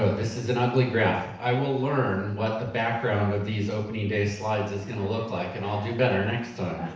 this is an ugly graph. i will learn what the background of these opening day slides is gonna look like and i'll do better next time.